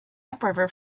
upriver